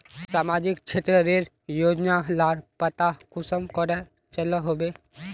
सामाजिक क्षेत्र रेर योजना लार पता कुंसम करे चलो होबे?